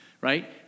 right